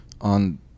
on